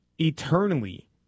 eternally